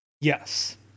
Yes